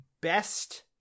best